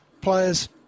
players